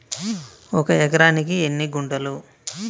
ఒక ఎకరానికి ఎన్ని గుంటలు?